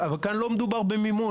אבל כאן לא מדובר במימון,